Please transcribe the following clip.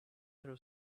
throw